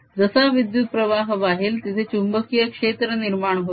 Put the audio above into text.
जसा विद्युत प्रवाह वाहेल तिथे चुंबकीय क्षेत्र निर्माण होईल